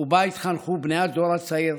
ובה התחנכו בני הדור הצעיר